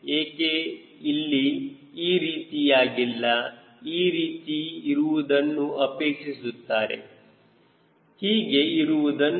ಯಾಕೆ ಇಲ್ಲಿ ಈ ರೀತಿಯಾಗಿಲ್ಲ ಈ ರೀತಿ ಇರುವುದನ್ನು ಅಪೇಕ್ಷಿಸುತ್ತಾರೆ ಹೀಗೆ ಇರುವುದನ್ನು